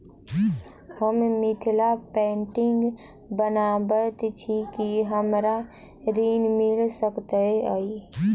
हम मिथिला पेंटिग बनाबैत छी की हमरा ऋण मिल सकैत अई?